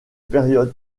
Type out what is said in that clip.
période